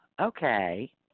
okay